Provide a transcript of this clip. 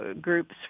groups